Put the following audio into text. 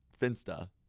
Finsta